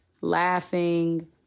laughing